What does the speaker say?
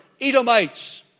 Edomites